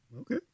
okay